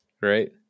right